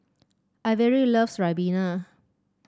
Averi loves Ribena